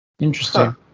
Interesting